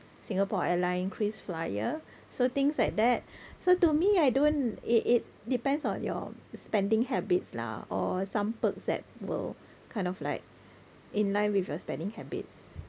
Singapore airline krisflyer so things like that so to me I don't it it depends on your spending habits lah or some perks that will kind of like in line with your spending habits